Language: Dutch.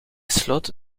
sloot